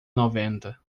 noventa